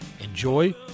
Enjoy